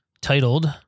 titled